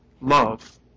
love